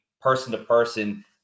person-to-person